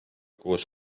koos